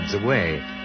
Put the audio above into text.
away